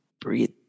Breathe